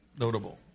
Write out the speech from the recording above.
notable